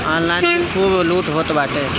online भी खूब लूट होत बाटे